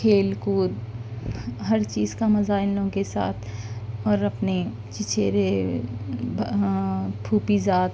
کھیل کود ہر چیز کا مزہ ان لوگوں کے ساتھ اور اپنے چچیرے بھا پھوپھی زاد